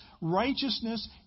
Righteousness